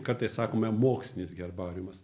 kartais sakome mokslinis herbariumas